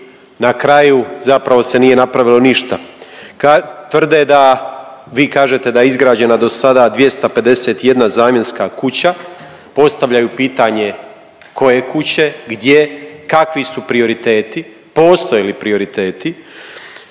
na kraju zapravo se nije napravilo ništa. Tvrde da, vi kažete da je izgrađeno do sada 251 zamjenska kuća, postavljaju pitanje koje kuće, gdje, kakvi su prioriteti, postoje li prioriteti.